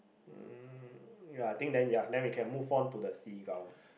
um ya think then ya then we can move on to the seagulls